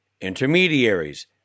intermediaries